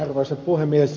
arvoisa puhemies